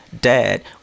Dad